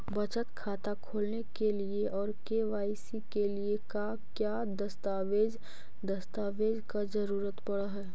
बचत खाता खोलने के लिए और के.वाई.सी के लिए का क्या दस्तावेज़ दस्तावेज़ का जरूरत पड़ हैं?